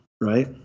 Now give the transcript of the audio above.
right